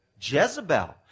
jezebel